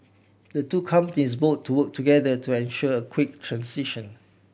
the two companies vowed to work together to ensure quick transition